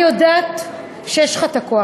אני יודעת שיש לך הכוח,